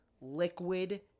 liquid